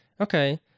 Okay